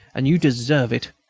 and you deserve it.